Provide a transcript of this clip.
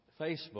Facebook